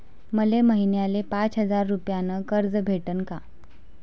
मले महिन्याले पाच हजार रुपयानं कर्ज भेटन का?